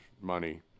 money